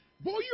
Boy